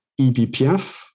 eBPF